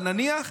אבל נניח.